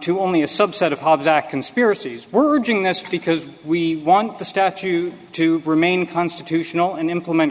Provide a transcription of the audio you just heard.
to only a subset of conspiracies we're doing this because we want the statute to remain constitutional and implement